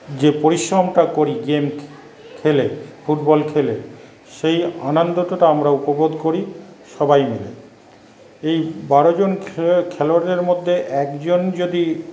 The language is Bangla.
যে পরিশ্রমটা করি গেম খেলে ফুটবল খেলে সেই আনন্দটা আমরা উপভোগ করি সবাই মিলে এই বারোজন খেল খেলোয়ারদের মধ্যে একজন যদি